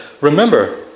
Remember